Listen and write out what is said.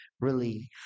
relief